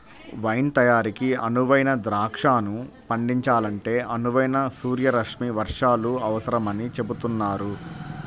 wine తయారీకి అనువైన ద్రాక్షను పండించాలంటే అనువైన సూర్యరశ్మి వర్షాలు అవసరమని చెబుతున్నారు